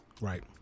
Right